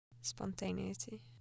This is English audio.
Spontaneity